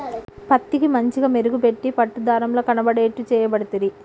పత్తికి మంచిగ మెరుగు పెట్టి పట్టు దారం ల కనబడేట్టు చేయబడితిరి